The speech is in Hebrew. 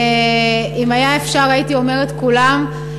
ואם היה אפשר הייתי אומרת כולם,